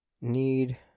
need